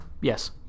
Yes